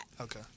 Okay